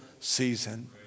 season